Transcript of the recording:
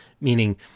meaning